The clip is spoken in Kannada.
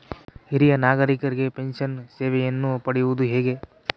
ಹಿರಿಯ ನಾಗರಿಕರಿಗೆ ಪೆನ್ಷನ್ ಸೇವೆಯನ್ನು ಪಡೆಯುವುದು ಹೇಗೆ?